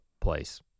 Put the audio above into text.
place